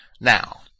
Now